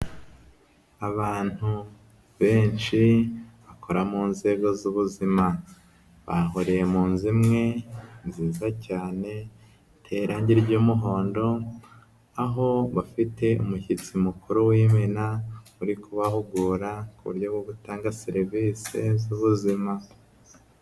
Abantu benshi bakora mu nzego z'ubuzima, bahuriye mu nzu imwe nziza cyane, iteye irange ry'umuhondo, aho bafite umushyitsi mukuru w'imena uri kubahugura ku buryo bwo gutanga serivisi z'ubuzima.